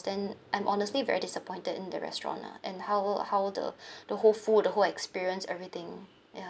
then I'm honestly very disappointed in the restaurant lah and how how the the whole food the whole experience everything ya